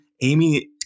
Amy